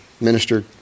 minister